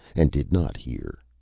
and did not hear.